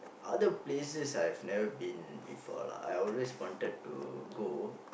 other places I've never been before lah I always wanted to go